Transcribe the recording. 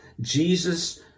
Jesus